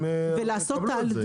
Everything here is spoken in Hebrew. הם יקבלו את זה.